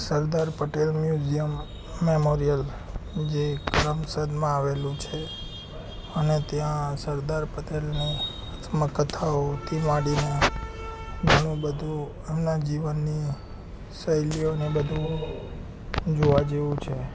સરદાર પટેલની જેમ મેમોરીઅલ જે કરમસદમાં આવેલું છે અને ત્યાં સરદાર પટેલને આત્મકથાઓથી માંડીને ઘણું બધું એમના જીવનની શૈલીઓને બધું જોવા જેવું છે